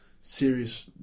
serious